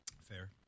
fair